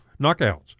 knockouts